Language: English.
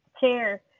chair